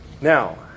Now